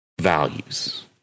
values